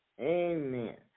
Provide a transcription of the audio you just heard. Amen